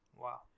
Wow